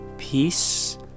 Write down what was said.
Peace